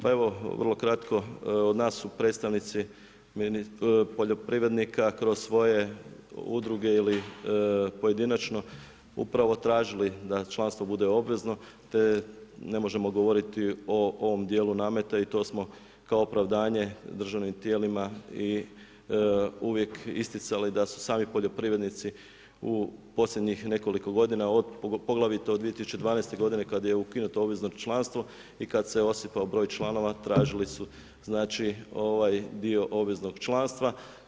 Pa evo vrlo kratko, od nas su predstavnici poljoprivrednika kroz svoje udruge ili pojedinačno upravo tražili da članstvo bude obvezno te ne možemo govoriti o ovom djelu nameta i to smo kao opravdanje državnim tijelima i uvijek isticali da su sami poljoprivrednici u posljednjih nekoliko godina, poglavito od 2012. godine kad je ukinuto obvezno članstvo i kad se osipao broj članova, tražili su znači ovaj dio obveznog članstva.